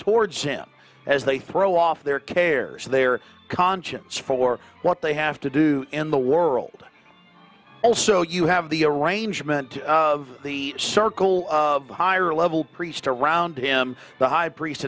towards him as they throw off their cares their conscience for what they have to do in the world also you have the arrangement of the circle of higher level priest around him the high priest